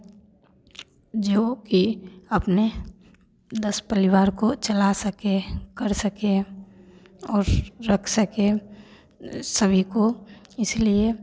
जो कि अपने दस परिवार को चला सके कर सके और रख सके सभी को इसिलए